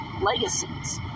legacies